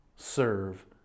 serve